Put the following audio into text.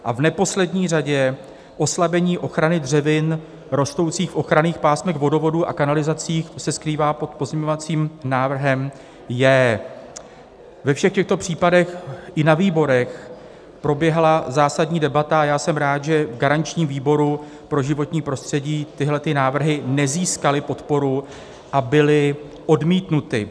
A v neposlední řadě oslabení ochrany dřevin rostoucích v ochranných pásmech vodovodů a kanalizací se skrývá pod pozměňovacím návrhem J. Ve všech těchto případech i na výborech proběhla zásadní debata a jsem rád, že v garančním výboru pro životní prostředí tyhlety návrhy nezískaly podporu a byly odmítnuty.